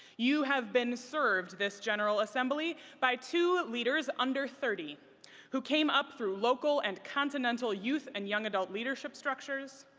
you have been served this general assembly by two leaders under thirty who came up through local and continental youth and young adult leadership structures.